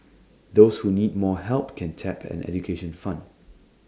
those who need more help can tap an education fund